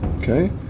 Okay